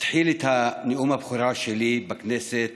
אתחיל את נאום הבכורה שלי בכנסת